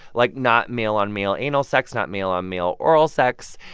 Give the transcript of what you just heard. like, not male-on-male anal sex, not male-on-male oral sex.